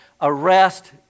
arrest